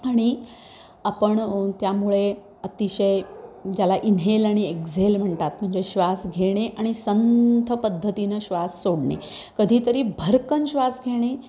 आणि आपण त्यामुळे अतिशय ज्याला इनहेल आणि एक्झेल म्हणतात म्हणजे श्वास घेणे आणि संथ पद्धतीनं श्वास सोडणे कधीतरी भरकन श्वास घेणे